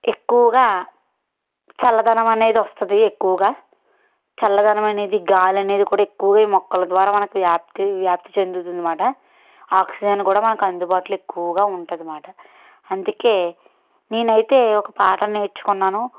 ఎక్కువగా చల్లదనం అనేది వస్తుంది ఎక్కువగా చల్లదనం అనేది గాలి అనేది కూడా ఎక్కువగా ఈ మొక్కల ద్వారా మనకి వ్యాప్తి వ్యాప్తి చెందుతుంది మాట ఆక్సిజన్ కూడా మనకి అందుబాటులో ఎక్కువగా ఉంటుందన్నమాట అందుకే నేను అయితే ఒక పాఠం నేర్చుకున్నాను